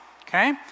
okay